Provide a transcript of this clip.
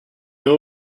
know